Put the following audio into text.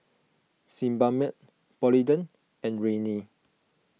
Sebamed Polident and Rene